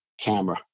camera